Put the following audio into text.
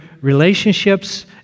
relationships